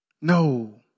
No